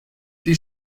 die